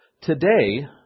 today